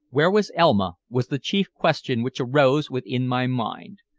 where was elma? was the chief question which arose within my mind.